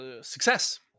success